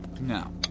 No